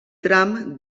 tram